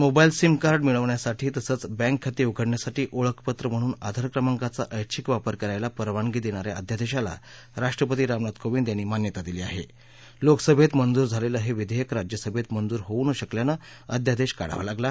mobile sim card मिळवण्यासाठी तसच bank खाती उघडण्यासाठी ओळखपत्र म्हणून आधार क्रमांकाचा ऐष्छिक वापर करायला परवानगी दर्षि या अध्यादक्षिला राष्ट्रपती राम नाथ कोविंद यांनी मान्यता दिली आह जोकसभक्तमंजूर झालक्तिह विधक्त राज्यसभक्तमंजूर होऊ न शकल्यानं अध्यादक्षकाढावा लागला